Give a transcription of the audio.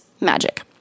magic